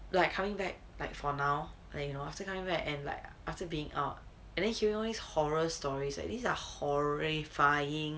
like coming back like for now you know after going back and like after being out and then he realise horror stories like these are horrifying